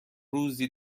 روزی